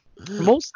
mostly